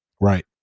right